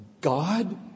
God